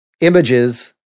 images